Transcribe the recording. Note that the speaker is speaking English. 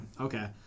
okay